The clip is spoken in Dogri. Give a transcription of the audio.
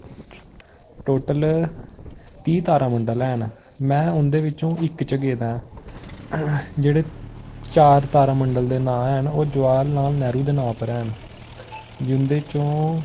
टोटल त्रीह् तारामंडल हैन में उंदे बिचों इक च गेदा ऐं जेह्ड़े चार तारामंडल दे नांऽ हैन ओह् जवाहर लाल नेहरू दे नांऽ पर हैन जिंदे चों